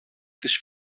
τις